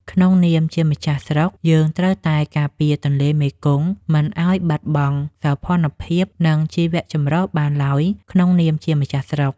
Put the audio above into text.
ក្នុងនាមជាម្ចាស់ស្រុក យើងត្រូវតែការពារទន្លេមេគង្គមិនឱ្យបាត់បង់សោភ័ណភាព និងជីវចម្រុះបានឡើយក្នុងនាមជាម្ចាស់ស្រុក។